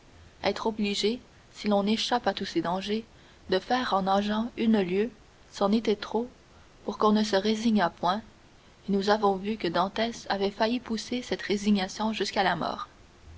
être obligé si l'on échappe à tous ces dangers de faire en nageant une lieue c'en était trop pour qu'on ne se résignât point et nous avons vu que dantès avait failli pousser cette résignation jusqu'à la mort